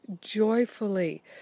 joyfully